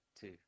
two